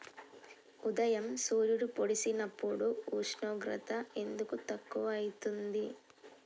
ఉదయం సూర్యుడు పొడిసినప్పుడు ఉష్ణోగ్రత ఎందుకు తక్కువ ఐతుంది?